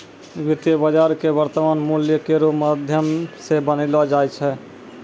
वित्तीय बाजार क वर्तमान मूल्य केरो माध्यम सें बनैलो जाय छै